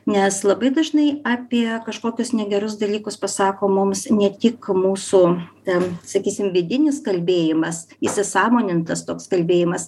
nes labai dažnai apie kažkokius negerus dalykus pasako mums ne tik mūsų ten sakysim vidinis kalbėjimas įsisąmonintas toks kalbėjimas